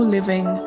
Living